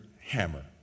Hammer